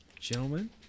Gentlemen